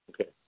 Okay